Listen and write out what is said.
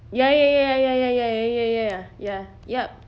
ya ya ya ya ya ya ya ya ya ya ya yup